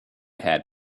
haired